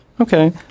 Okay